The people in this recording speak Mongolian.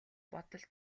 бодол